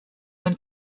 been